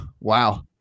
Wow